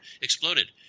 exploded